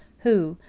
who,